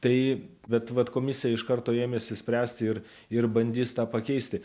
tai bet vat komisija iš karto ėmėsi spręsti ir ir bandys tą pakeisti